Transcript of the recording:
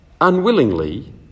unwillingly